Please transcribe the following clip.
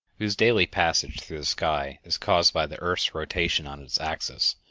whose daily passage through the sky is caused by the earth's rotation on its axis,